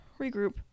regroup